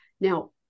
Now